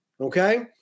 okay